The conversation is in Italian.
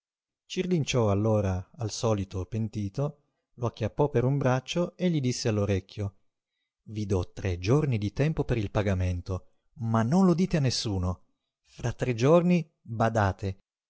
uscire cirlinciò allora al solito pentito lo acchiappò per un braccio e gli disse all orecchio i do tre giorni di tempo per il pagamento ma non lo dite a nessuno fra tre giorni badate